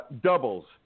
doubles